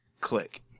click